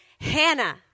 Hannah